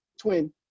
twin